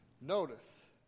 Notice